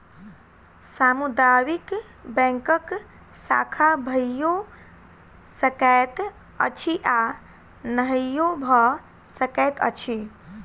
सामुदायिक बैंकक शाखा भइयो सकैत अछि आ नहियो भ सकैत अछि